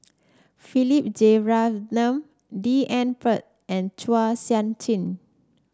Philip Jeyaretnam D N Pritt and Chua Sian Chin